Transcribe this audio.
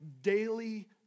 daily